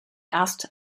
erst